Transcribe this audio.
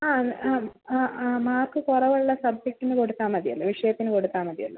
ആ ആ ആ ആ മാർക്ക് കുറവുള്ള സബ്ജക്റ്റിന് കൊടുത്താൽ മതി അല്ലേ വിഷയത്തിന് കൊടുത്താൽ മതിയല്ലോ